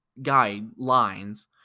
guidelines